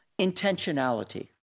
intentionality